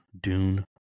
Dune